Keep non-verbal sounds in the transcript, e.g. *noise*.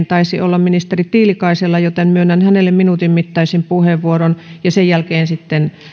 *unintelligible* taisi olla ministeri tiilikaisella joten myönnän hänelle minuutin mittaisen puheenvuoron ja sen jälkeen sitten